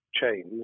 chains